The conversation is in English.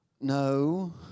No